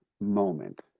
moment